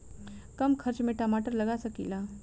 कम खर्च में टमाटर लगा सकीला?